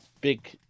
big